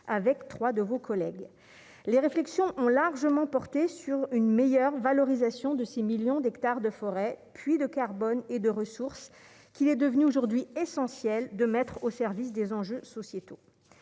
avec 3 de vos collègues, les réflexions ont largement porté sur une meilleure valorisation de 6 millions d'hectares de forêts puits de carbone et de ressources qu'il est devenu aujourd'hui essentiel de mettre au service des enjeux sociétaux